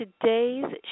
Today's